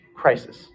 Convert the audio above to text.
crisis